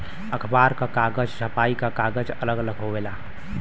अखबार क कागज, छपाई क कागज अलग अलग होवेला